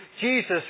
Jesus